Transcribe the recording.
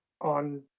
on